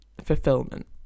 fulfillment